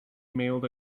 mailed